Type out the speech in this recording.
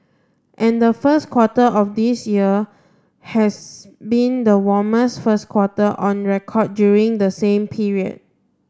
and the first quarter of this year has been the warmest first quarter on record during the same period